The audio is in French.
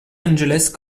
angeles